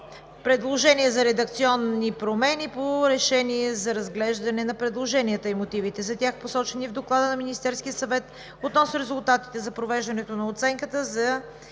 Предложение за редакционни промени по: „Решение за разглеждане на предложенията и мотивите за тях, посочени в доклада на Министерския съвет относно резултатите от провеждането на оценка на